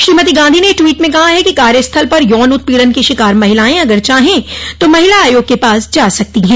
श्रीमती गांधी ने टवीट में कहा है कि कार्यस्थल पर यौन उत्पीड़न की शिकार महिलाएं अगर चाहें तो महिला आयोग के पास जा सकती हैं